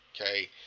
Okay